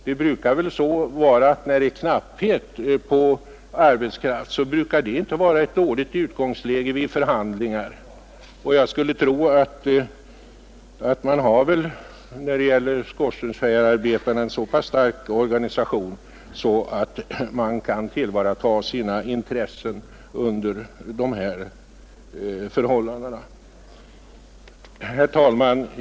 Men knapphet på arbetskraft brukar ju inte vara ett dåligt utgångsläge vid förhandlingar, och jag skulle tro att skorstensfejararbetarna har en så stark organisation att man väl kan tillvarata sina intressen under dessa förhållanden. Herr talman!